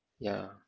yeah